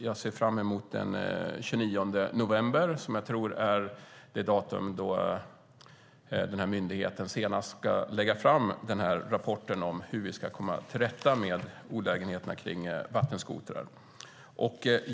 Jag ser fram emot den 29 november, som jag tror är det datum då myndigheten senast ska lägga fram rapporten om hur vi ska komma till rätta med olägenheterna kring vattenskotrar.